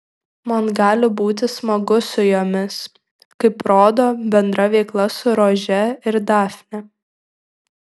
man gali būti smagu su jomis kaip rodo bendra veikla su rože ir dafne